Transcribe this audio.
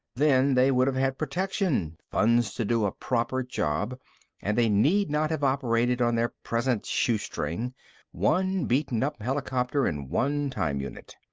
then they would have had protection, funds to do a proper job and they need not have operated on their present shoestring one beaten-up helicopter and one time unit.